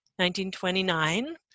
1929